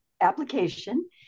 application